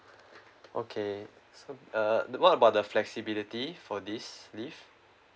okay so uh the what about the flexibility for this leave